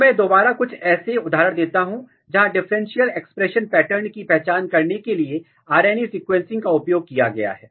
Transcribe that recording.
तो मैं दोबारा कुछ ऐसी उदाहरण देता हूं जहां डिफरेंशियल एक्सप्रेशन पेटर्न की पहचान करने के लिए RNA अनुक्रमण का उपयोग किया गया है